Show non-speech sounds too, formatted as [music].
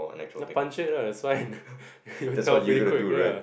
ya puncture it [la] that's fine [laughs] you'll tell pretty quick ya